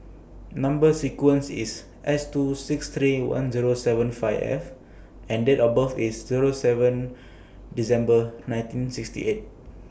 Number sequence IS S two six three one Zero seven five F and Date of birth IS Zero seven December nineteen sixty eight